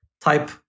type